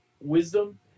wisdom